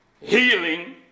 healing